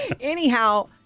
Anyhow